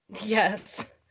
Yes